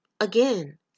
Again